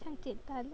这样简单